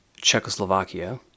Czechoslovakia